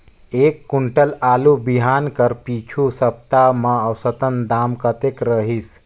एक कुंटल आलू बिहान कर पिछू सप्ता म औसत दाम कतेक रहिस?